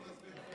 בוא תצביע,